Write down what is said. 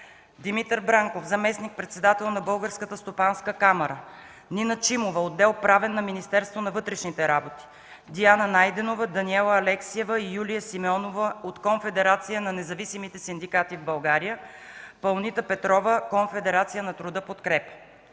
Димитър Бранков – заместник-председател на Българската стопанска камара; Нина Чимова – отдел „Правен” на Министерството на вътрешните работи; Диана Найденова, Даниела Алексиева и Юлия Симеонова от Конфедерация на независимите синдикати в България; Паунита Петрова – Конфедерация на труда „Подкрепа”.